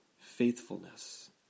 faithfulness